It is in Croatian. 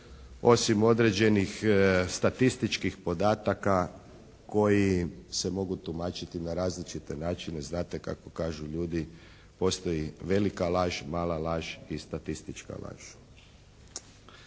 osim određenih statističkih podataka koji se mogu tumačiti na različite načine. Znate kako kažu ljudi, postoji velika laž, mala laž i statistička laž.